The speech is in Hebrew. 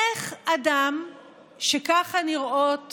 אדם שככה נראים